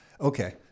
Okay